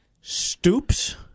Stoops